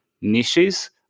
niches